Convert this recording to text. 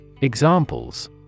Examples